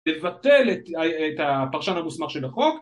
‫לבטל את הפרשן המוסמך של החוק.